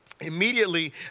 immediately